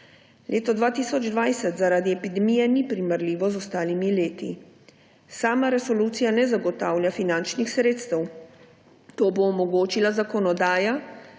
Leta 2020 zaradi epidemije ni primerljivo z ostalimi leti. Sama resolucija ne zagotavlja finančnih sredstev. To bo omogočila zakonodaja,